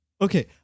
okay